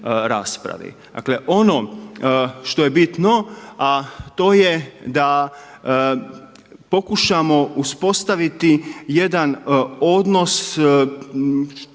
Dakle, ono što je bitno a to je da pokušamo uspostaviti jedan odnos to je